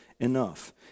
enough